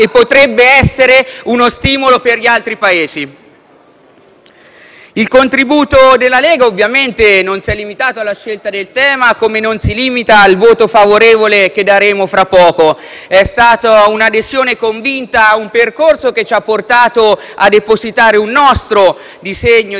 Il contributo della Lega non si è limitato alla scelta del tema, come non si limita al voto favorevole che esprimeremo fra poco; vi è stata un'adesione convinta ad un percorso che ci ha portato a depositare un nostro disegno di legge, l'Atto